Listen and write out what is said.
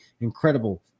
incredible